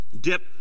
dip